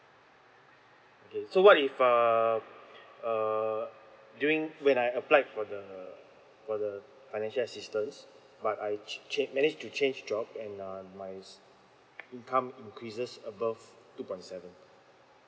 okay so what if uh uh during when I applied for the for the financial assistance but I charge manage to change job and uh my income increases above two point seven